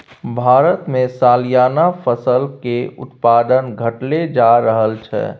भारतमे सलियाना फसल केर उत्पादन घटले जा रहल छै